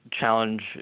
challenge